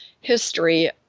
history